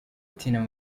tina